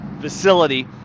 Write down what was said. facility